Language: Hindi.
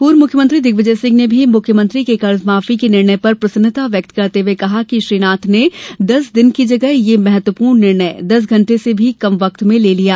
पूर्व मुख्यमंत्री दिग्विजय सिंह ने भी मुख्यमंत्री के कर्ज माफी के निर्णय पर प्रसन्नता व्यक्त करते हुये कहा कि श्री नाथ ने दस दिन की जगह यह महत्वपूर्ण निर्णय दस घंटे से भी कम वक्त में ले लिया